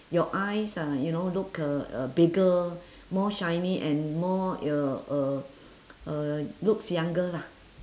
your eyes uh you know look uh uh bigger more shiny and more y~ uh uh uh looks younger lah